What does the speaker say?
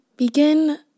Begin